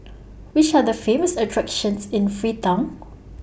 Which Are The Famous attractions in Freetown